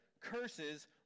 curses